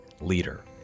leader